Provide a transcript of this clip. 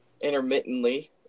intermittently